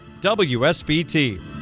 WSBT